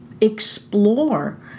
explore